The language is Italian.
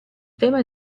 tema